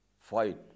fight